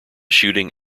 shooting